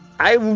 i